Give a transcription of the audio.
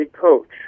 coach